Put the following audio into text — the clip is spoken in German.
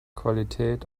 qualität